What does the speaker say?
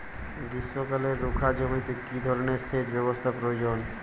গ্রীষ্মকালে রুখা জমিতে কি ধরনের সেচ ব্যবস্থা প্রয়োজন?